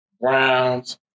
Browns